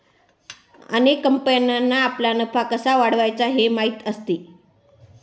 अनेक कंपन्यांना आपला नफा कसा वाढवायचा हे माहीत असते